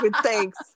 thanks